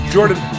Jordan